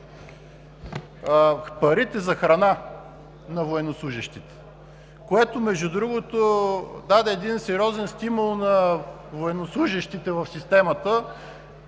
парите за храна на военнослужещите, което, между другото, даде сериозен стимул на военнослужещите в системата.